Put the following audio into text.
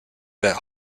that